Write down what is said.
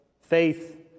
Faith